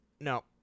No